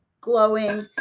glowing